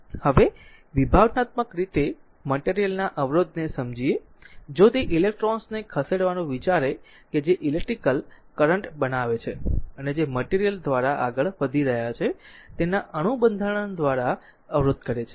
હવે વિભાવનાત્મક રીતે મટેરિયલ ના અવરોધને સમજીએ જો તે ઇલેક્ટ્રોન્સને ખસેડવાનું વિચારે કે જે ઈલેક્ટ્રીકલ કરંટ બનાવે છે અને જે મટેરિયલ દ્વારા આગળ વધી રહ્યા છે તેના અણુ બંધારણ દ્વારા અવરોધ કરે છે